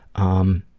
um,